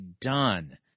done